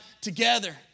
together